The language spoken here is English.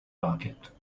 market